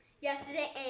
Yesterday